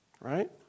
Right